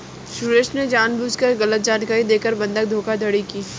सुरेश ने जानबूझकर गलत जानकारी देकर बंधक धोखाधड़ी की